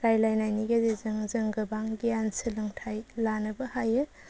रायलायनायनि गेजेरजों जों गोबां गियान सोलोंथाय लानोबो हायो